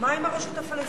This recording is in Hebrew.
מה עם הרשות הפלסטינית?